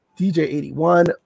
DJ81